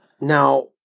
Now